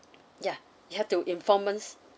yeah you have to inform us